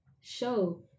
show